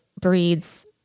breeds